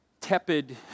tepid